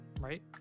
Right